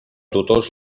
tutors